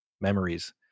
memories